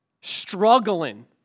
Struggling